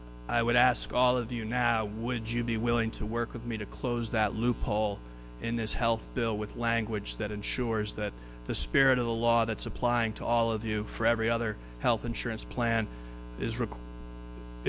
death i would ask all of you now would you be willing to work with me to close that loophole in this health bill with language that ensures that the spirit of the law that's applying to all of you for every other health insurance plan